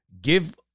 Give